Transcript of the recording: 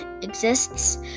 exists